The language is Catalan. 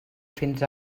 fins